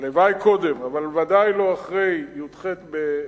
הלוואי קודם, אבל ודאי לא אחרי י"ח בתשרי,